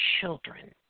children